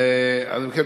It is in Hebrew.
ובכן,